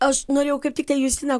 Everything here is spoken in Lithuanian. aš norėjau kaip tiktai justina